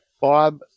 Bob